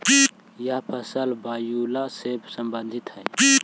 यह फूल वायूला से संबंधित हई